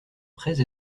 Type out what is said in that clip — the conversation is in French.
prêts